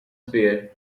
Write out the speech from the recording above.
sphere